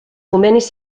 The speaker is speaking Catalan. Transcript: convenis